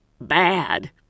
bad